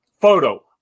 photo